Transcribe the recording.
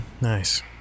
Nice